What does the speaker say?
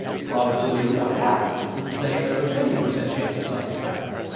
a probability of one-half is the same as a fifty percent chance of something happening,